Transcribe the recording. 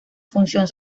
función